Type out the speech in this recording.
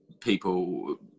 people